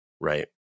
Right